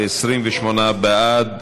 זה 28 בעד,